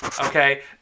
Okay